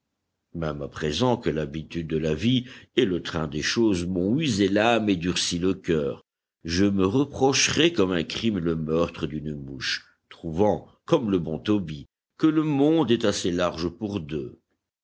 même à présent que l'habitude de la vie et le train des choses m'ont usé l'âme et durci le cœur je me reprocherais comme un crime le meurtre d'une mouche trouvant comme le bon tobie que le monde est assez large pour deux